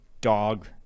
dog